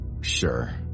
Sure